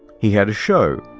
he had a show,